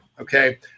okay